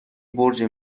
برج